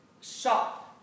shop